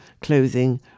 clothing